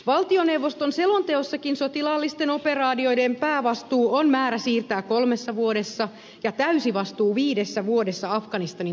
valtioneuvoston selonteossakin sotilaallisten operaatioiden päävastuu on määrä siirtää kolmessa vuodessa ja täysi vastuu viidessä vuodessa afganistanin turvallisuusviranomaisille